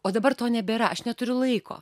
o dabar to nebėra aš neturiu laiko